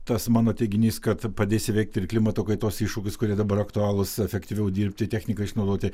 tas mano teiginys kad padės įveikti ir klimato kaitos iššūkius kurie dabar aktualūs efektyviau dirbti techniką išnaudoti